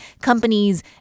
companies